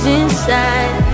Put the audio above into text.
inside